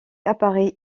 appareils